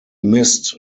missed